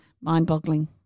mind-boggling